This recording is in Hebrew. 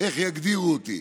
איך יגדירו אותי,